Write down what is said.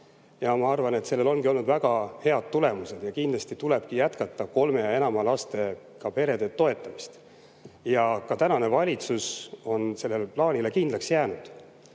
Ma arvan, et sellel ongi olnud väga head tulemused ja kindlasti tulebki jätkata kolme ja enama lapsega perede toetamist. Ja ka tänane valitsus on sellele plaanile kindlaks jäänud. Nüüd,